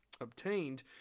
obtained